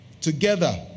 together